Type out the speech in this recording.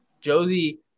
Josie